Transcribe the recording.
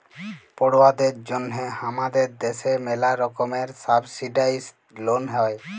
পড়ুয়াদের জন্যহে হামাদের দ্যাশে ম্যালা রকমের সাবসিডাইসদ লন হ্যয়